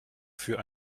für